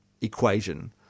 equation